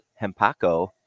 Hempaco